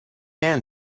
man